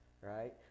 right